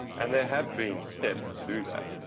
and there have been steps to do that,